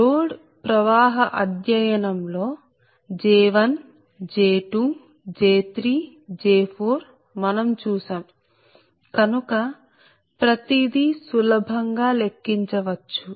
load ప్రవాహ అధ్యయనం లో J1J2 J3J4 మనం చూసాం కనుక ప్రతి దీ సులభం గా లెక్కించవచ్చు